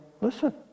listen